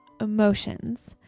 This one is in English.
emotions